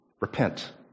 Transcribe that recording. repent